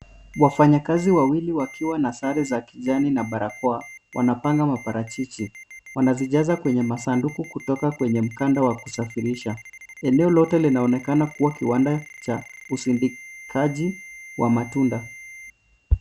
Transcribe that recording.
Wafanyikazi wawili wakiwa na sare za kijani na barakoa, wanapanga maparachichi, wanazijaza kwenye masanduku kutoka kwenye mkanda wa kusafirisha, eneo lote linaonekana kuwa kiwanda cha usindikaji wa matunda.